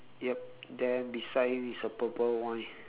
yup then beside him is a purple wine